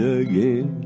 again